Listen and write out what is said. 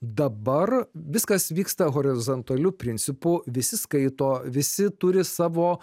dabar viskas vyksta horizontaliu principu visi skaito visi turi savo